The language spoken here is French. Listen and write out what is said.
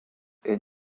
est